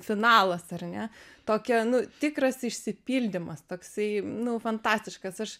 finalas ar ne tokia nu tikras išsipildymas toksai nu fantastiškas aš